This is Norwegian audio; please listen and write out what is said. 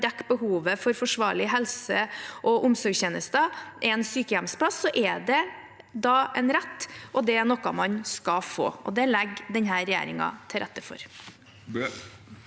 dekke behovet for forsvarlig helse- og omsorgstjenester, er en sykehjemsplass, er det en rett man har, og det er noe man skal få. Det legger denne regjeringen til rette for.